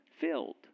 filled